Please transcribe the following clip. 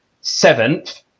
seventh